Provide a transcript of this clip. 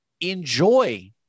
enjoy